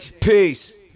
Peace